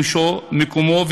לשימושו או למקומו,